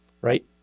Right